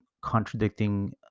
contradicting